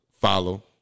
follow